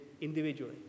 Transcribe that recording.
individually